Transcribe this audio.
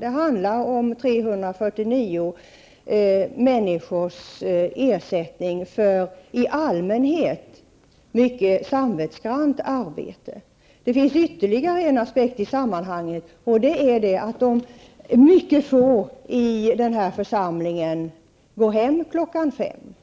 Det handlar om 349 människors ersättning för i allmänhet mycket samvetsgrant arbete. Det finns ytterligare en aspekt i sammanhanget, och det är att mycket få i den här församlingen går hem klockan fem.